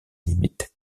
limites